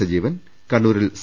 സജീവൻ കണ്ണൂരിൽ സി